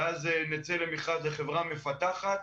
ואז נצא למכרז לחברה מפתחת.